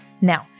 Now